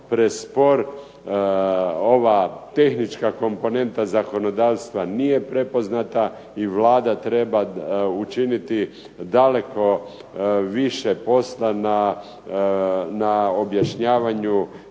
prespor, ova tehnička komponenta zakonodavstva nije prepoznata, i Vlada treba učiniti daleko više posla na objašnjavanju